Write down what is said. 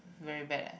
very bad leh